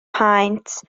paent